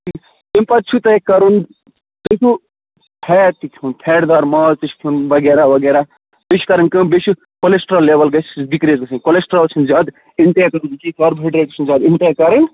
تَمہِ پَتہٕ چُھ تۄہہ کَرُن تۄہہِ چُھو فیٹ تہِ کھیون فیٹہ دار ماز تہِ چُھ کھیون وغیرہ وغیرہ بیٚیہِ چھِ کَرٕنۍ کٲم بیٚیہِ چھِ کَولَسٹرال لیوٕل گَژھہ ڈِکریٖز گَژھن کَلَسٹرال چھِنہٕ زیادٕ اِنٹیک کَرُن کاربوہَیڈریٹ تہِ چھُنہ زیادٕ اِنٹیک کَرُن کیٚنٛہہ